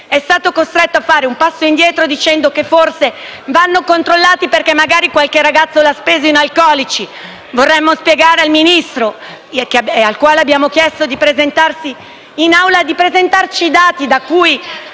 è stato costretto a fare un passo indietro, dicendo che forse vanno controllati, perché magari qualche ragazzo l'ha speso in alcolici. Vorremmo chiedere al Ministro, al quale abbiamo chiesto di presentarsi in Aula, di presentarci i dati da cui